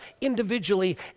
individually